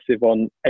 on